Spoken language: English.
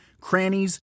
crannies